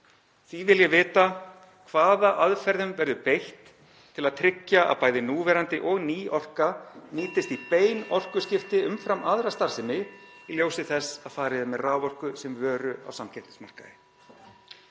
Því vil ég vita hvaða aðferðum verður beitt til að tryggja að bæði núverandi og ný orka (Forseti hringir.) nýtist í bein orkuskipti umfram aðra starfsemi í ljósi þess að farið er með raforku sem vöru á samkeppnismarkaði?